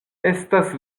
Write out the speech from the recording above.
estas